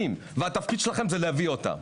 והתפקיד שלכם זה להביא אותם.